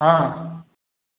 ହଁ